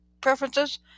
preferences